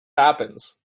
happens